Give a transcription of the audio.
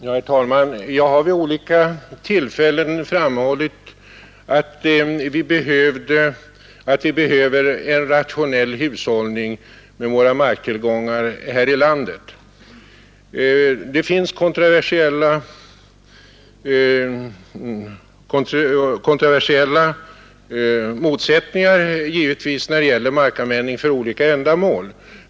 Herr talman! Jag har vid olika tillfällen framhållit att vi behöver en rationell hushållning med marktillgångarna här i landet. Det finns givetvis kontroversiella motsättningar när det gäller markanvändningen för olika ändamål.